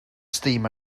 steam